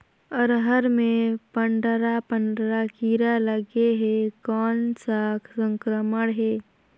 अरहर मे पंडरा पंडरा कीरा लगे हे कौन सा संक्रमण हे?